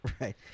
Right